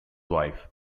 wife